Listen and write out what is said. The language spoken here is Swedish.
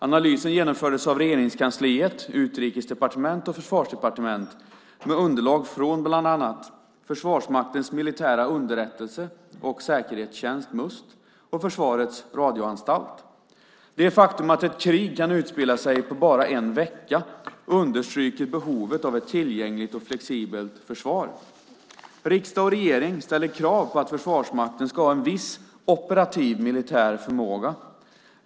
Analysen genomfördes av Regeringskansliet - Utrikesdepartementet och Försvarsdepartementet - med underlag från bland annat Försvarsmaktens militära underrättelse och säkerhetstjänst, Must, och Försvarets radioanstalt. Det faktum att ett krig kan utspela sig på bara en vecka understryker behovet av ett tillgängligt och flexibelt försvar. Riksdag och regering ställer krav på att Försvarsmakten ska ha en viss operativ militär förmåga.